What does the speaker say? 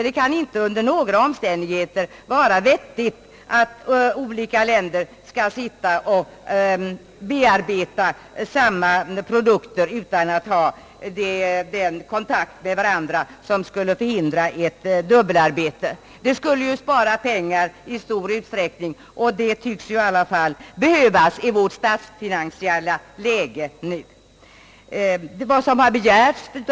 Det kan inte under några omständigheter vara vettigt, att olika länder skall bearbeta samma produkter utan att ha den kontakt med varandra som skulle förhindra dubbelarbete, En sådan kontakt skulle spara mycket pengar, och pengar tycks i alla fall behöva sparas i vårt nuvarande statsfinansiella läge.